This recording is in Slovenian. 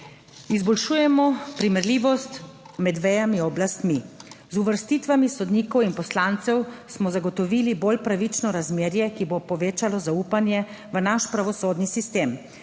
Izboljšujemo primerljivost med vejami oblastmi. Z uvrstitvami sodnikov in poslancev smo zagotovili bolj pravično razmerje, ki bo povečalo zaupanje v naš pravosodni sistem.